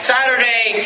Saturday